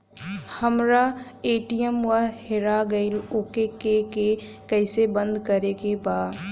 हमरा ए.टी.एम वा हेरा गइल ओ के के कैसे बंद करे के बा?